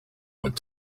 went